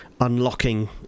unlocking